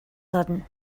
sudden